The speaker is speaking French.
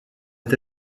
est